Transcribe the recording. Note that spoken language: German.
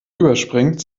überspringt